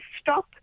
stop